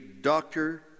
Doctor